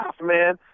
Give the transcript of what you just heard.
man